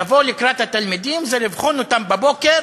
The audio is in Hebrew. לבוא לקראת התלמידים זה לבחון אותם בבוקר,